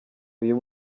uyu